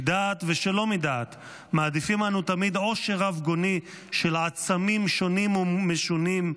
מדעת ושלא מדעת מעדיפים אנו תמיד עושר רב-גוני של עצמים שונים ומשונים,